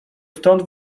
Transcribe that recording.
stąd